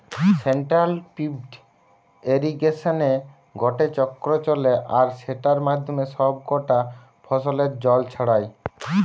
central pivot ইর্রিগেশনে গটে চক্র চলে আর সেটার মাধ্যমে সব কটা ফসলে জল ছড়ায়